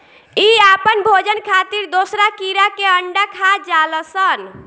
इ आपन भोजन खातिर दोसरा कीड़ा के अंडा खा जालऽ सन